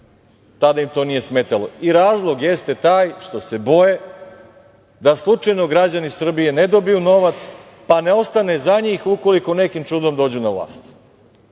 tada im to nije smetalo. Razlog jeste taj što se boje da slučajno građani Srbije ne dobiju novac, pa ne ostane za njih ukoliko nekim čudom dođu na vlast.